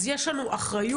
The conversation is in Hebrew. אז יש לנו אחריות,